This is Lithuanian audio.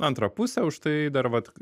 antrą pusę už tai dar vat